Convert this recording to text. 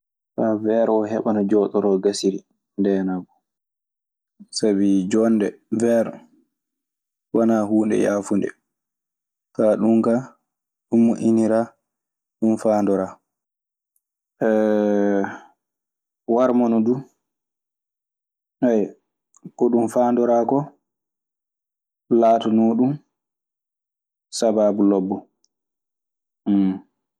Faa weer oo heɓa no jooɗoro gasiri e ndeenaangu. Sabi jonde weer wanaa huunde yaafunde. Kaa ɗun kaa ɗun moƴƴiniraa. Ɗun faandoraa. Warmano du ko ɗun faandoraa koo laatonoo ɗum sabaabu lobbo.